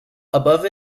above